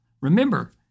Remember